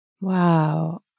Wow